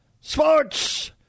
Sports